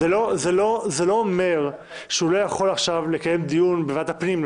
זה לא אומר שהוא לא יכול לקיים דיון בוועדת הפנים,